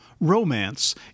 Romance